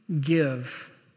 give